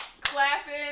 clapping